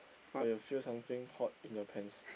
but you feel something hot in your pants